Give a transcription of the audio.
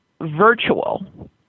virtual